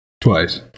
Twice